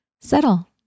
settle